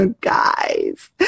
Guys